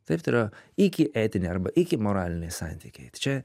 taip tai yra iki etiniai arba iki moraliniai santykiai čia